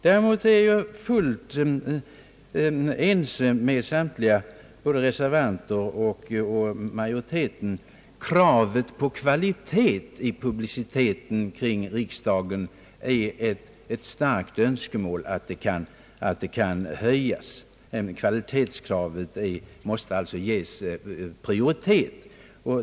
Däremot är jag fullt ense med både reservanterna och majoriteten om att det är ett starkt önskemål att kvaliteten i publiciteten kring riksdagen skall höjas; kvalitetskravet måste ges prioritet.